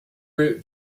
route